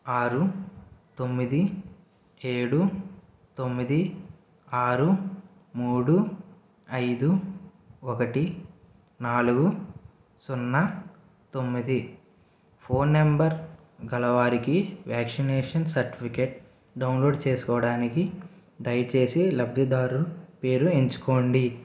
ఆరు తొమ్మిది ఏడు తొమ్మిది ఆరు మూడు ఐదు ఒకటి నాలుగు సున్నా తొమ్మిది ఫోన్ నెంబర్ కలవారికి వ్యాక్సినేషన్ సర్టిఫికెట్ డౌన్లోడ్ చేసుకోవడానికి దయచేసి లబ్ధిదారు పేరు ఎంచుకోండి